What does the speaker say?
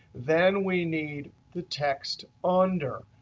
then we need the text under.